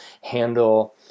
handle